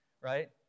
right